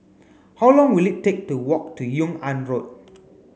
how long will it take to walk to Yung An Road